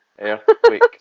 Earthquake